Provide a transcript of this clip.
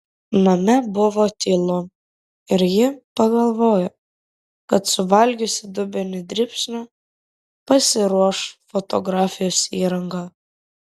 name buvo tylu ir ji pagalvojo kad suvalgiusi dubenį dribsnių pasiruoš fotografijos įrangą